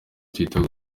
twitter